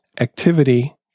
Activity